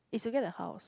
it's looking like house